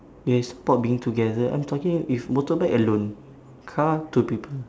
ya I support being together I'm talking if motorbike alone car two people